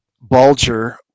Bulger